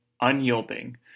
unyielding